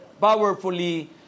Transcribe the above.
powerfully